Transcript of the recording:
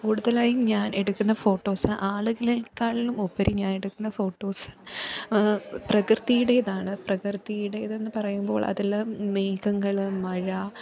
കൂടുതലായി ഞാന് എടുക്കുന്ന ഫോട്ടോസ് ആളുകളെക്കാട്ടിലും ഉപരി ഞാനെടുക്കുന്ന ഫോട്ടോസ് പ്രകൃതിയുടേതാണ് പ്രകൃതിയുടേതെന്നു പറയുമ്പോള് അതിൽ മേഘങ്ങൾ മഴ